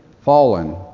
Fallen